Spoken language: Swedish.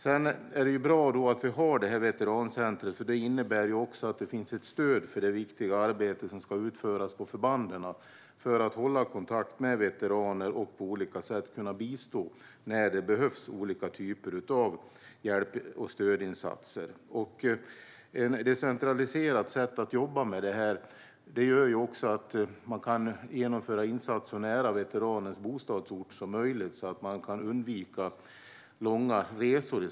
Det är bra att vi har veterancentret, för det innebär också att det finns ett stöd för det viktiga arbete som ska utföras på förbanden för att hålla kontakt med veteraner och på olika sätt kunna bistå när det behövs olika typer av hjälp och stödinsatser. Det är ett decentraliserat sätt att jobba med det här, och det gör att man kan genomföra insatser så nära veteraners bostadsort som möjligt och därmed undvika långa resor.